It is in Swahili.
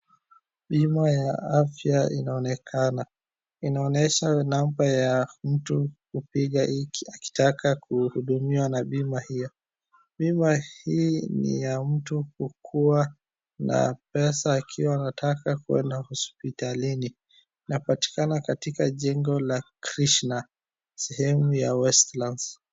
Bima ya afya inaonekana, inaonesha namba ya mtu hupiga akitaka kuhudumiwa na bima hiyo, bima hii ni ya mtu kukua na pesa akiwa anataka kuenda hosiptalini. Inapatikana katika jengo la Krishna, sehemu ya Westlands.